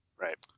Right